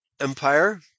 empire